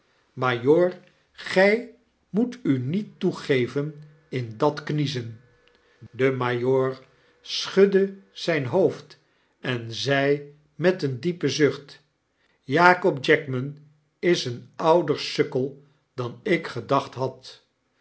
gij moet u niet toegeven in dat kniezen de majoor schudde zyn hoofd en zei met een diepen zucht jakob jackman is een ouder sukkel dan ik gedacht had